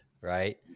right